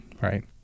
right